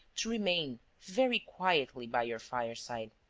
to remain very quietly by your fireside.